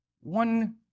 one